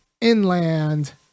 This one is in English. inland